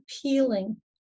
appealing